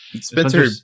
Spencer